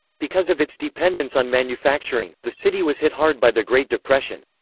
because of its dependence on manufacturing, the city was hit hard by the great depression.